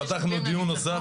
פתחנו דיון נוסף.